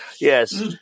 Yes